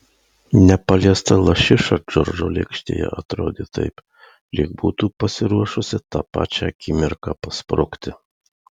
nepaliesta lašiša džordžo lėkštėje atrodė taip lyg būtų pasiruošusi tą pačią akimirką pasprukti